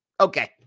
Okay